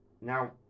Now